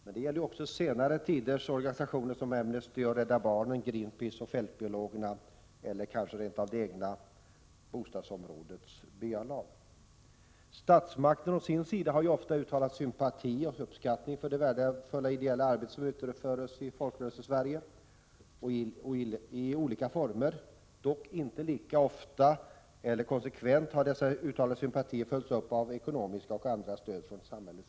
Men det handlar också om senare tiders organisationer, såsom Amnesty och Rädda barnen, Greenpeace och Fältbiologerna samt kanske rent av det egna bostadsområdets byalag. Statsmakten har ju å sin sida ofta uttalat sympati och uppskattning över det värdefulla ideella arbete som i olika former utförs i Folkrörelsesverige. Dessa uttalade sympatier har dock inte lika ofta och konsekvent följts upp av ekonomiska och andra stöd från samhället.